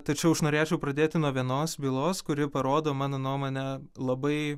tačiau aš norėčiau pradėti nuo vienos bylos kuri parodo mano nuomone labai